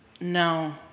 No